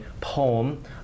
poem